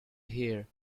here